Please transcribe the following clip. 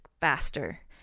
faster